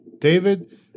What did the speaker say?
David